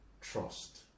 Trust